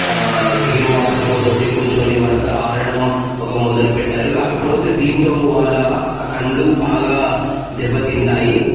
game బాక్స్లతో కూర్చుని వా ఆడడం ఒక మొదలుపెట్టారు కాకపోతే దీంతో వాళ్ళ కళ్ళు బాగా దెబ్బతింటాయి